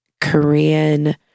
Korean